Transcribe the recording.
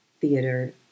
theater